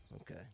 Okay